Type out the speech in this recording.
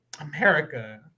America